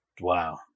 Wow